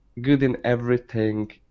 good-in-everything